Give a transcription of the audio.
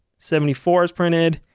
seventy four is printed,